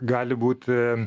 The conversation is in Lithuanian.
gali būti